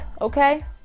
Okay